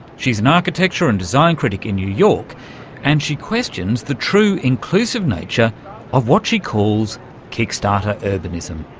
she's an architecture and design critic in new york and she questions the true inclusive nature of what she calls kickstarter urbanism.